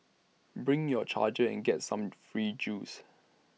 bring your charger and get some free juice